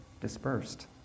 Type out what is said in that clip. dispersed